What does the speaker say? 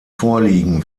vorliegen